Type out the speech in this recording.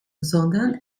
sondern